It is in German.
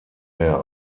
mehr